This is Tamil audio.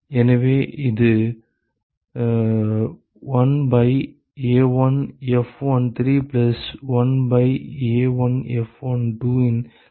எனவே அது 1 by A1F13 plus 1 by A1F12 இன் தலைகீழ் ஆக இருக்கும்